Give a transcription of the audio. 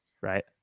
right